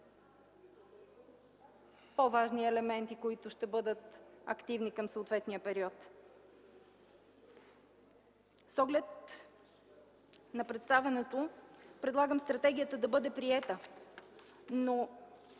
по-важни елементи, които ще бъдат активни към съответния период. С оглед на представянето, предлагам стратегията да бъде приета, но